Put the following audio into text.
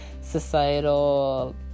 societal